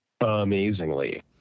amazingly